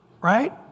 right